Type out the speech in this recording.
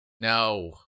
No